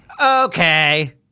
Okay